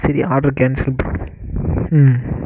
சரி order cancel ப ம்